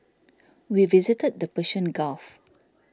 we visited the Persian Gulf